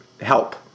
help